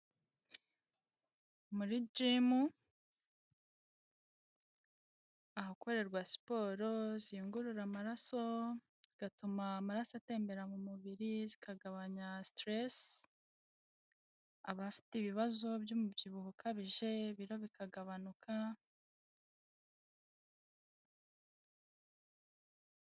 Muri jimu ahakorerwa siporo ziyungurura amaraso, bigatuma amaraso atembera mu mubiri zikagabanya siteresi, abafite ibibazo by'umubyibuho ukabije ibiro bikagabanuka.